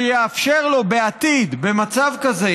ויאפשר לו, במצב כזה